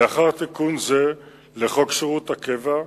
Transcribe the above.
לאחר תיקון זה לחוק שירות הקבע,